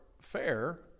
fair